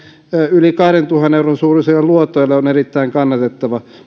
yli kahdentuhannen euron suuruisille luotoille on erittäin kannatettava